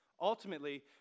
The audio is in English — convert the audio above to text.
Ultimately